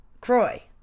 Croy